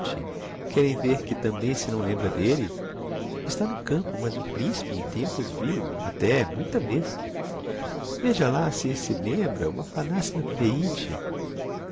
querem ver que tambem se não lembra d'elle está no campo mas o principe em tempos viu-o até muita vez veja lá se se lembra o